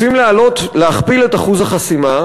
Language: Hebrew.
רוצים להכפיל את אחוז החסימה,